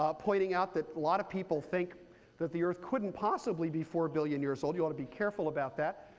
pointing out that a lot of people think that the earth couldn't possibly be four billion years old. you ought to be careful about that.